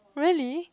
really